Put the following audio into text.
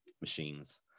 machines